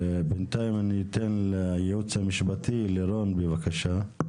בנתיים אני אתן לייעוץ המשפטי, לירון, בבקשה.